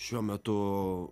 šiuo metu